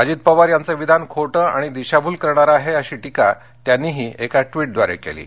अजित पवार यांचे विधान खोटे आणि दिशाभूल करणारे आहे अशी टीका त्यांनीही एका ट्विटद्वारे केली आहे